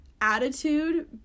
attitude